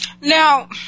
Now